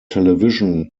television